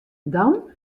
dan